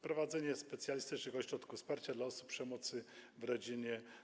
Prowadzenie specjalistycznych ośrodków wsparcia dla ofiar przemocy w rodzinie.